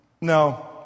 No